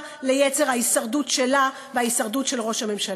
ליצר ההישרדות שלה וההישרדות של ראש הממשלה.